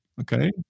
okay